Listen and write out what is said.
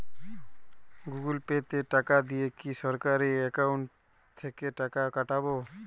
Google Pay তে টাকা দিলে কি সরাসরি অ্যাকাউন্ট থেকে টাকা কাটাবে?